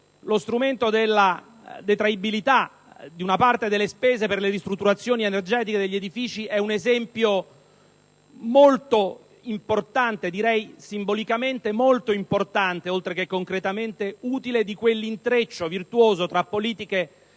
lo strumento della detraibilità di una parte delle spese per le ristrutturazioni energetiche degli edifici sia un esempio simbolicamente molto importante, oltre che concretamente utile, di quell'intreccio virtuoso tra politiche